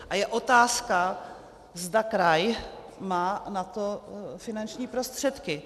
A je otázka, zda kraj má na to finanční prostředky.